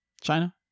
China